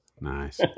Nice